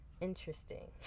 interesting